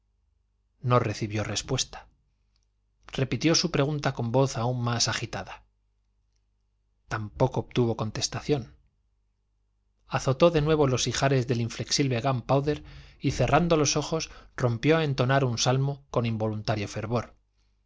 no recibió respuesta repitió su pregunta con voz aun más agitada tampoco obtuvo contestación azotó de nuevo los ijares del inflexible gunpowder y cerrando los ojos rompió a entonar un salmo con involuntario fervor